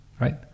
right